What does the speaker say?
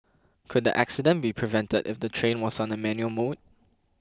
could the accident be prevented if the train was on a manual mode